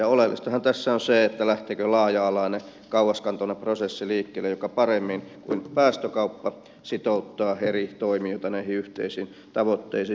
oleellistahan tässä on se lähteekö liikkeelle laaja alainen kauaskantoinen prosessi joka paremmin kuin päästökauppa sitouttaa eri toimijoita näihin yhteisiin tavoitteisiin